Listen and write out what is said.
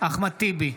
אחמד טיבי,